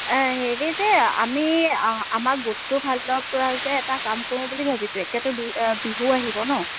হেৰি যে আমি আমাক গোটটোৰফালৰপৰা যে এটা কাম কৰোঁ বুলি ভাবিছোঁ এতিয়াতো বি বিহুও আহিব ন